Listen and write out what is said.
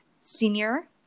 senior